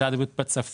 של משרד הבריאות בצרפת,